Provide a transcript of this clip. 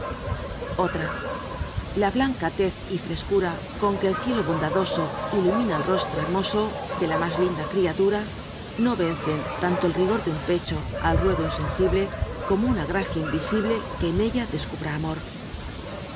l a blanca tez y frrscura con que el ciclo bomladoso biblioteca nacional de españa ilumina al rostro hermoso de la mas linda criatura no vencen tanto el ri gor de un pecho ni ru ego inscusiijiu como una gracia invisibl l que en ella descubra amor